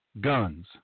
guns